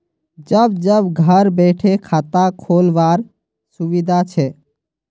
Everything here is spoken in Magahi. जब जब घर बैठे खाता खोल वार सुविधा छे